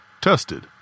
Tested